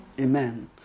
Amen